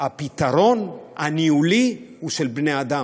הפתרון הניהולי הוא של בני אדם.